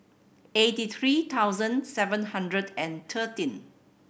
eighty three thousand seven hundred and thirteen